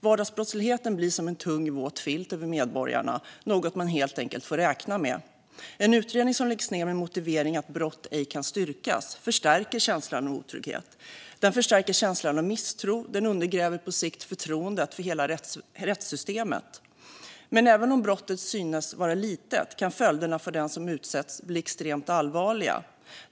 Vardagsbrottsligheten ligger som en tung, våt filt över medborgarna - något man helt enkelt får räkna med. En utredning som läggs ned med motiveringen att brott ej kan styrkas förstärker känslan av otrygghet. Den förstärker känslan av misstro och undergräver på sikt förtroendet för hela rättssystemet. Även om brottet synes vara litet kan följderna för den som utsätts bli extremt allvarliga.